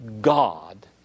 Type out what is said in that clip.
God